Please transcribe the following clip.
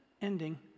ending